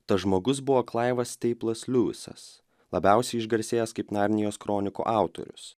tas žmogus buvo klaivas steiplas liujisas labiausiai išgarsėjęs kaip narnijos kronikų autorius